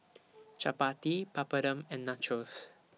Chapati Papadum and Nachos